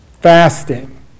fasting